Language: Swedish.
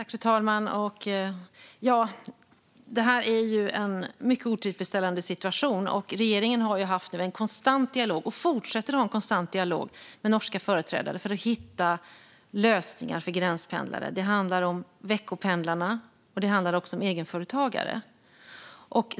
Fru talman! Det här är ju en mycket otillfredsställande situation, och regeringen fortsätter att ha en konstant dialog med norska företrädare för att hitta lösningar för veckopendlare och egenföretagare.